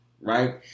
Right